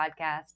podcast